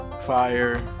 fire